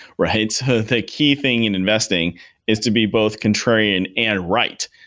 right? so the key thing in investing is to be both contrarian and right.